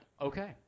Okay